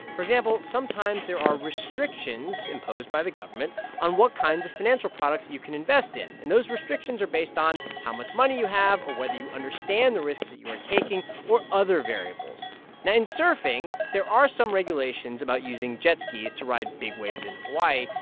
for example, sometimes there are restrictions imposed by the government on what kinds of financial products you can invest in. and those restrictions are based on how much money you have or whether you understand the risks that you are taking or other variables now, in surfing, there are some regulations about using jet skis to ride big waves in hawaii.